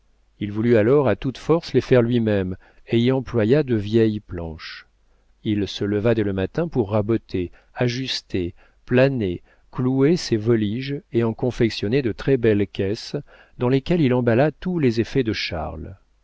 il voulut alors à toute force les faire lui-même et y employa de vieilles planches il se leva dès le matin pour raboter ajuster planer clouer ses voliges et en confectionner de très belles caisses dans lesquelles il emballa tous les effets de charles